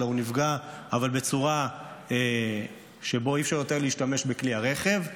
אלא הוא נפגע אבל בצורה שבה אי-אפשר להשתמש יותר בכלי הרכב.